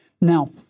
Now